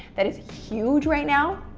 that is huge right now,